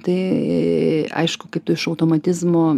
tai aišku kaip tu iš automatizmo